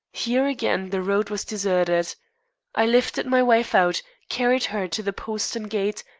here, again, the road was deserted. i lifted my wife out, carried her to the postern-gate,